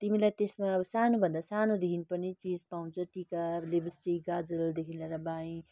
तिमीलाई त्यसमा अब सानो भन्दा सानोदेखि पनि चिज पाउँछ टिका लिप्स्टिक गाजलदेखि ल्याएर बाईँ